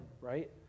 right